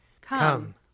Come